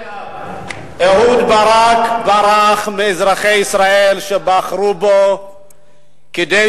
אהוד ברק ברח מאזרחי ישראל שבחרו בו כדי